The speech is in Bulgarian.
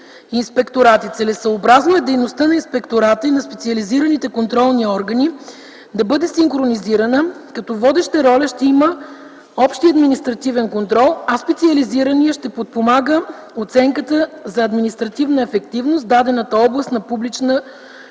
инспекторати. Целесъобразно е дейността на инспектората и на специализираните контролни органи да бъде синхронизирана, като водеща роля ще има общият административен контрол, а специализираният ще подпомага оценката за административна ефективност в дадената област на публична